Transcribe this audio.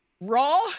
Raw